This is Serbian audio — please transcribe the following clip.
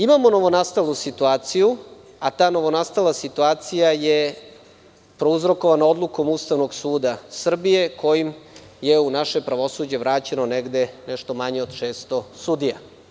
Imamo novonastalu situaciju a ta novonastala situacija je prouzrokovana odlukom Ustavnog suda Srbije kojom je u naše pravosuđe vraćeno negde nešto manje od 600 sudija.